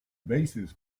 basis